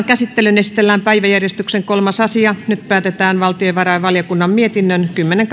käsittelyyn esitellään päiväjärjestyksen kolmas asia nyt päätetään valtiovarainvaliokunnan mietinnön kymmenen